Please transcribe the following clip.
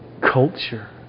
culture